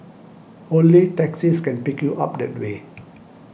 only taxis can pick you up that way